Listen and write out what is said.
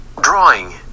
Drawing